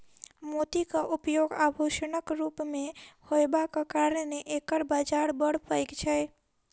मोतीक उपयोग आभूषणक रूप मे होयबाक कारणेँ एकर बाजार बड़ पैघ छै